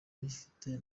uyifite